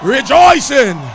Rejoicing